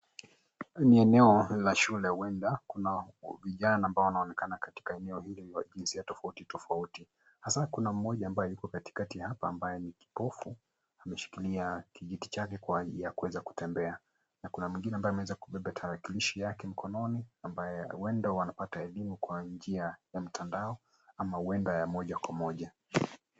Ni eneo la shule. Vijana wa jinisia tofauti tofauti wanaonekana kwa eneo hili, hasa kuna mmoja ambaye ni kipofu, ameshikilia kijiti chake kwa ajili ya kuweza kutembea na kuna mwingine ambaye amebeba tarakilishi mkononi. Huenda anapata elimu kwa njia ya mtandao au njia ya moja kwa moja.